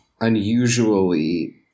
unusually